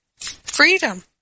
freedom